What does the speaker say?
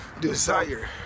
desire